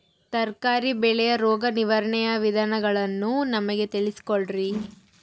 ತರಕಾರಿ ಬೆಳೆಯ ರೋಗ ನಿರ್ವಹಣೆಯ ವಿಧಾನಗಳನ್ನು ನಮಗೆ ತಿಳಿಸಿ ಕೊಡ್ರಿ?